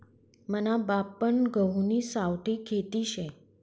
मना बापपन गहुनी सावठी खेती शे